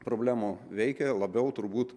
problemų veikė labiau turbūt